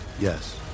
Yes